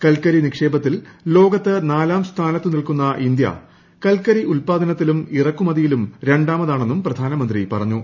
കൽക്കരി നിക്ഷേപത്തിൽ ലോകത്ത് നാലാം സ്ഥാനത്തു നിൽക്കുന്ന ഇന്ത്യ കൽക്കരി ഉത്പാദനത്തിലും ഇറക്കുമതിയ്ടിലും രണ്ടാമതാണെന്നും പ്രധാനമന്ത്രി പറഞ്ഞു